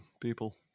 People